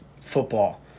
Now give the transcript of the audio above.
football